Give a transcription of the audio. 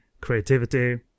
creativity